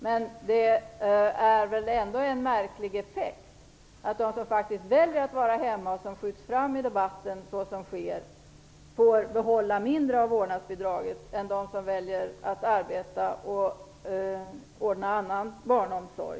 Men det är väl ändå en märklig effekt att de som faktiskt väljer att vara hemma - och som skjuts fram i debatten - får behålla mindre av vårdnadsbidraget än de som väljer att arbeta och ordna annan barnomsorg.